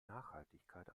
nachhaltigkeit